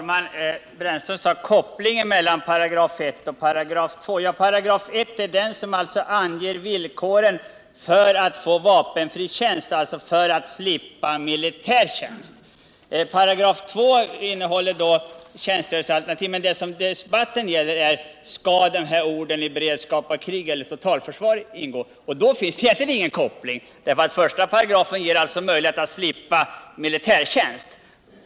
Herr talman! Roland Brännström efterlyste en koppling mellan 1 § och 20 I 1 5 anges villkoren för att få vapenfri tjänst, dvs. slippa militärtjänst. 2 § innehåller bestämmelser om tjänstgöringsalternativ. Men vad debatten gäller är: Skall orden ”under beredskap och krig eller totalförsvar” ingå? Och då finns egentligen ingen koppling, därför att I § ger möjlighet att slippa militärtjänst.